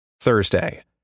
Thursday